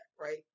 Right